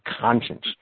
conscience